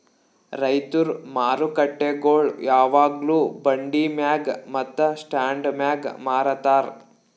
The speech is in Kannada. ರೈತುರ್ ಮಾರುಕಟ್ಟೆಗೊಳ್ ಯಾವಾಗ್ಲೂ ಬಂಡಿ ಮ್ಯಾಗ್ ಮತ್ತ ಸ್ಟಾಂಡ್ ಮ್ಯಾಗ್ ಮಾರತಾರ್